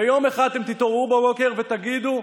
ויום אחד אתם תתעוררו בבוקר ותגידו,